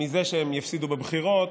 מזה שהם יפסידו בבחירות,